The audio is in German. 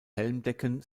helmdecken